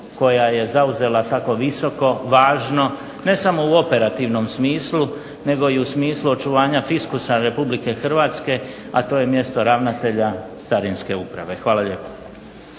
koja je zauzela tako visoko, važno, ne samo u operativnom smislu, nego i u smislu očuvanja fiskusa Republike Hrvatske, a to mjesto ravnatelja carinske uprave. Hvala lijepa.